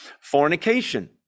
Fornication